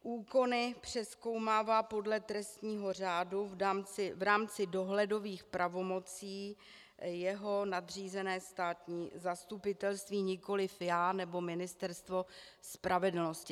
Úkony přezkoumává podle trestního řádu v rámci dohledových pravomocí jeho nadřízené státní zastupitelství, nikoliv já nebo Ministerstvo spravedlnosti.